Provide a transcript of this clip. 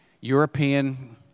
European